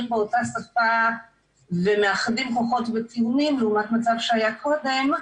באותה שפה ומאחדים כוחות וטיעונים לעומת מצב שהיה קודם,